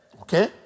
Okay